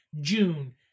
June